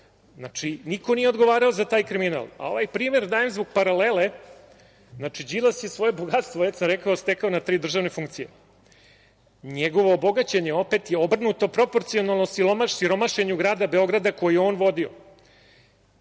Znači, niko nije odgovarao za taj kriminal, a ovaj primer dajem zbog paralele, znači Đilas je svoje bogatstvo, već sam rekao, stekao na tri državne funkcije. Njegovo bogaćenje, opet je obrnuto proporcionalno osiromašenju grada Beograda koji je on vodio.